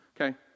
Okay